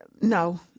no